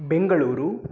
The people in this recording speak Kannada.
ಬೆಂಗಳೂರು